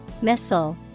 Missile